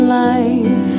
life